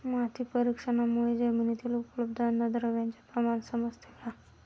माती परीक्षणामुळे जमिनीतील उपलब्ध अन्नद्रव्यांचे प्रमाण समजते का?